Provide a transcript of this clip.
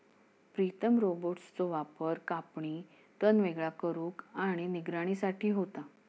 प्रीतम रोबोट्सचो वापर कापणी, तण वेगळा करुक आणि निगराणी साठी होता